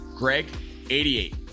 GREG88